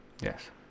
Yes